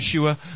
Yeshua